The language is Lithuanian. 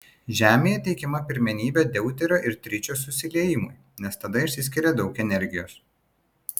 žemėje teikiama pirmenybė deuterio ir tričio susiliejimui nes tada išsiskiria daug energijos